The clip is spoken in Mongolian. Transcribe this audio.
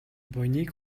буяныг